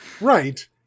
Right